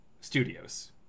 studios